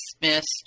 dismissed